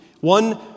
one